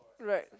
right